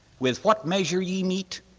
with what measure ye meet,